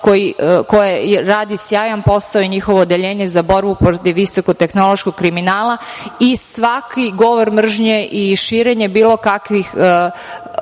koje radi sjajan posao i njihovo Odeljenje za borbu protiv visokotehnološkog kriminala i svaki govor mržnje i širenje bilo kakvih